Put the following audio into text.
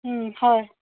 হয়